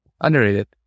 Underrated